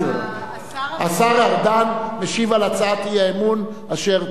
השר ארדן משיב על הצעת האי-אמון אשר